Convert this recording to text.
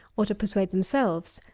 or to persuade themselves,